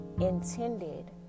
intended